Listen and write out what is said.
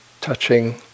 touching